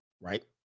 Right